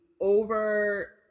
over